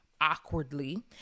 awkwardly